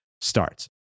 starts